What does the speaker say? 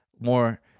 more